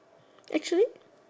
actually